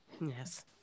Yes